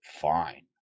fine